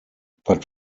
but